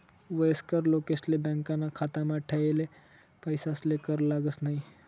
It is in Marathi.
वयस्कर लोकेसले बॅकाना खातामा ठेयेल पैसासले कर लागस न्हयी